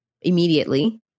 immediately